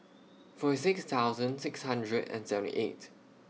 forty six thousand six hundred and seventy eight